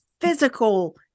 physical